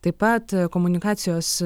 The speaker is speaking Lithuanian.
taip pat komunikacijos